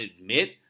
admit